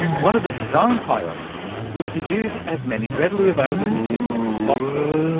one of the design priorities was to use as many readily available materials as possible.